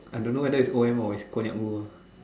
I don't know whether it's O_M or it's connect world